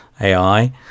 AI